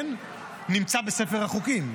נמצא בספר החוקים.